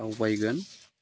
दावबायगोन